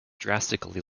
drastically